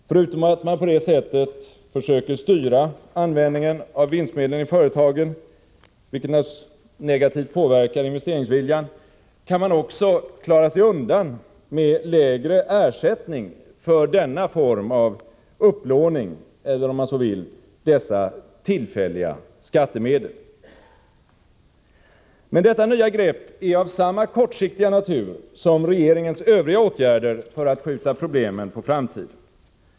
Förutom att man på det sättet försöker styra användningen av vinstmedlen i företagen, vilket naturligtvis negativt påverkar investeringsviljan, kan man också klara sig undan med lägre ersättning för denna form av upplåning eller — om man så vill — dessa tillfälliga skattemedel. Men detta nya grepp är av samma kortsiktiga natur som regeringens övriga åtgärder för att skjuta problemen på framtiden.